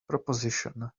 proposition